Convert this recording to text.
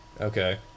okay